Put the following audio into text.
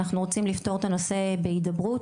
אנחנו רוצים לפתור את הנושא בהידברות,